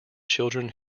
children